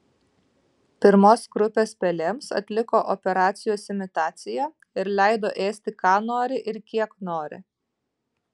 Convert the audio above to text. pirmos grupės pelėms atliko operacijos imitaciją ir leido ėsti ką nori ir kiek nori